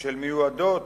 של מיועדות